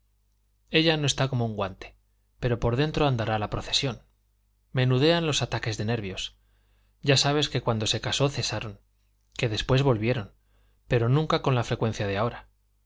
ella no está como un guante pero por dentro andará la procesión menudean los ataques de nervios ya sabes que cuando se casó cesaron que después volvieron pero nunca con la frecuencia de ahora